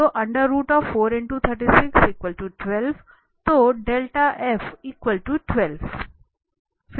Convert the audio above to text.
तो तो